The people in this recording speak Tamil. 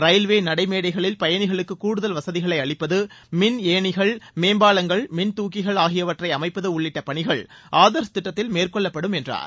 ரயில்வே நடைமேடைகளில் பயணிகளுக்கு கூடுதல் வசதிகளை அளிப்பது மின் ஏணிகள் மேம்பாலங்கள் மின் துக்கிகள் ஆகியவற்றை அமைப்பது உள்ளிட்ட பணிகள் ஆதர்ஷ் திட்டத்தில் மேற்கொள்ளப்படும் என்றார்